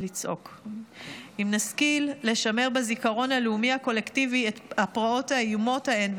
אם נשכיל לשמר בזיכרון הלאומי הקולקטיבי את הפרעות האיומות ההן,